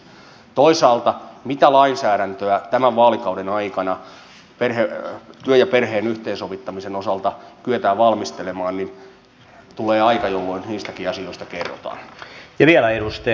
toisaalta mitä tulee lainsäädäntöön jota tämän vaalikauden aikana työn ja perheen yhteensovittamisen osalta kyetään valmistelemaan niin tulee aika jolloin niistäkin asioista kerrotaan